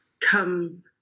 come